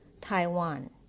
Taiwan